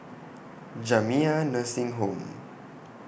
Jamiyah Nursing Home